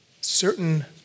certain